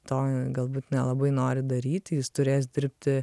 to galbūt nelabai nori daryti jis turės dirbti